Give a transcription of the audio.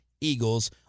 Eagles